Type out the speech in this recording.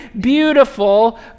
beautiful